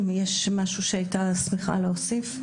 אם יש משהו שהיא הייתה שמחה להוסיף.